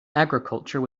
agriculture